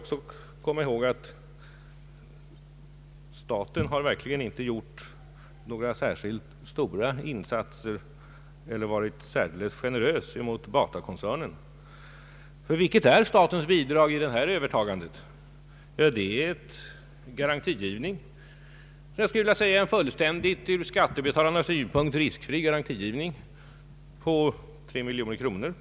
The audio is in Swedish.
Nu skall vi komma ihåg att staten verkligen inte har gjort några särskilt stora insatser eller varit speciellt generös mot Batakoncernen. Vilket är statens bidrag vid detta övertagande? Jo, en garantigivning, en från skattebetalarnas synpunkt fullständigt riskfri garantigivning på 3 miljoner kronor.